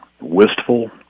wistful